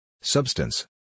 Substance